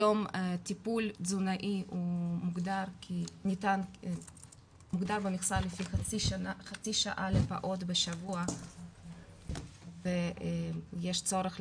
היום טיפול תזונאי הוא מוגדר במכסה לפי חצי שעה לפעוט בשבוע ויש צורך,